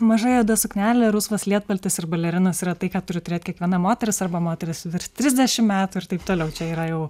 maža juoda suknelė rusvas lietpaltis ir balerinos yra tai ką turi turėt kiekviena moteris arba moteris virš trisdešimt metų ir taip toliau čia yra jau